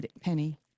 penny